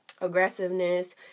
aggressiveness